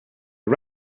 are